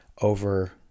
over